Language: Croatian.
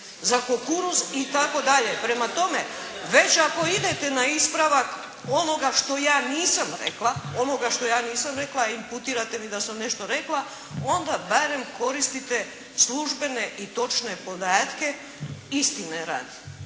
za kukuruz itd. Prema tome, već ako idete na ispravak onoga što ja nisam rekla a imputirate mi da sam nešto rekla onda barem koristite službene i točne podatke istine radi.